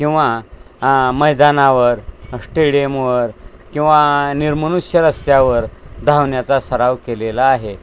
किंवा मैदानावर श्टेडियमवर किंवा निर्मनुष्य रस्त्यावर धावण्याचा सराव केलेला आहे